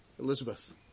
Elizabeth